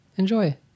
enjoy